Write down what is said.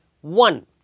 One